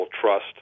trust